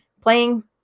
playing